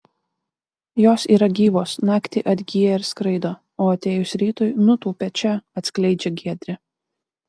jos yra gyvos naktį atgyja ir skraido o atėjus rytui nutūpia čia atskleidžia giedrė